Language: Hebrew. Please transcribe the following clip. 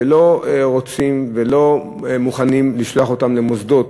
שלא רוצים ולא מוכנים לשלוח אותם למוסדות,